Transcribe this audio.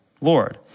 Lord